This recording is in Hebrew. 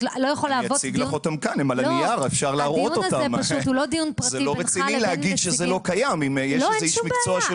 לא, אנחנו לא מדברים --- על חיסוני ילדים.